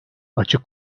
açık